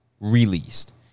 released